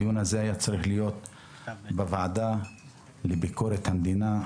הדיון הזה היה צריך להיות בוועדה לענייני ביקורת המדינה,